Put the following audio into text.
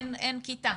אין כיתה.